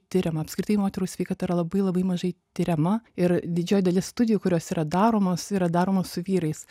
tiriama apskritai moterų sveikata yra labai labai mažai tirima ir didžioji dalis studijų kurios yra daromos yra daromos su vyrais